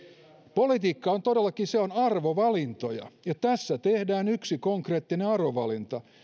politiikka on todellakin arvovalintoja ja tässä tehdään yksi konkreettinen arvovalinta